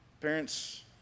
Parents